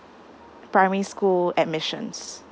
primary school admissions